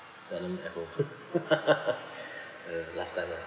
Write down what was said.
seldom at home uh last time lah